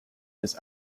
his